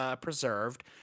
preserved